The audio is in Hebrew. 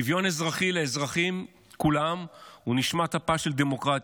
שוויון אזרחי לאזרחים כולם הוא נשמת אפה של דמוקרטיה.